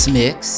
mix